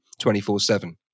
24-7